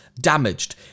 damaged